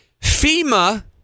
FEMA